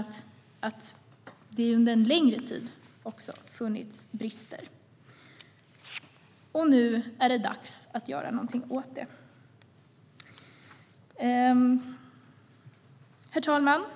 ödmjukt påpekade, under en längre tid har funnits brister. Nu är det dags att göra någonting åt det. Herr talman!